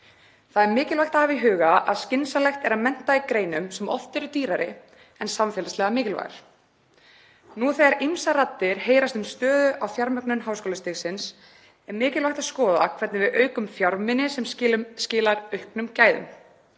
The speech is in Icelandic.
Það er mikilvægt að hafa í huga að skynsamlegt er að mennta fólk í greinum sem oft eru dýrari en samfélagslega mikilvægar. Nú, þegar ýmsar raddir heyrast um stöðuna í fjármögnun háskólastigsins, er mikilvægt að skoða hvernig við aukum fjármuni sem skila auknum gæðum.